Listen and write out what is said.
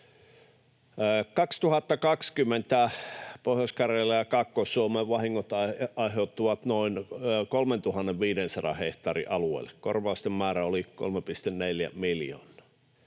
2020 Pohjois-Karjalan ja Kaakkois-Suomen vahingot aiheutuivat noin 3 500 hehtaarin alueelle. Korvausten määrä oli 3,4 miljoonaa.